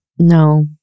No